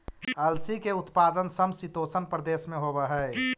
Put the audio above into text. अलसी के उत्पादन समशीतोष्ण प्रदेश में होवऽ हई